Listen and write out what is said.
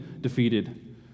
defeated